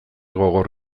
gogor